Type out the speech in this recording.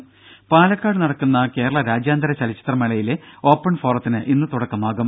രുര പാലക്കാട് നടക്കുന്ന കേരള രാജ്യാന്തര ചലച്ചിത്ര മേളയിലെ ഓപ്പൺ ഫോറത്തിനു ഇന്നു തുടക്കമാകും